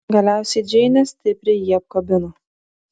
galiausiai džeinė stipriai jį apkabino